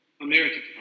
American